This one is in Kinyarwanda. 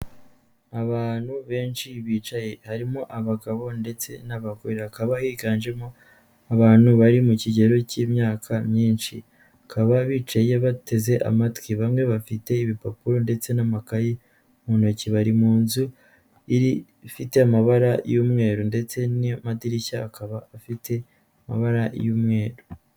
Abantu benshi bicaye harimo abagabo ndetse n'abagore, hakaba higanjemo abantu bari mu kigero cy'imyaka myinshi, bakaba bicaye bateze amatwi, bamwe bafite ibipapuro ndetse n'amakayi mu ntoki bari mu nzu ifite amabara y'umweru ndetse n'amadirishya akaba afite amabara y'umweru.